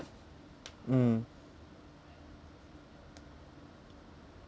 mm